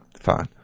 fine